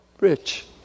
rich